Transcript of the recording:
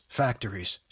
factories